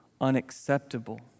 unacceptable